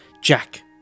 Jack